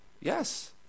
Yes